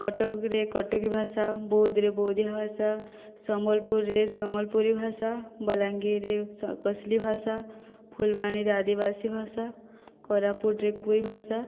କଟକରେ କଟକୀ ଭାଷା ବୌଦ୍ଧରେ ବୌଦ୍ଧିଆ ଭାଷା ସମ୍ବଲପୁରରେ ସମ୍ବଲପୁରୀ ଭାଷା ବଲାଙ୍ଗୀରରେ କୋଶଲି ଭାଷା ଫୁଲବାଣୀରେ ଆଦିବାସୀ ଭାଷା କୋରାପୁଟରେ କୁଇ ଭାଷା